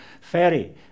ferry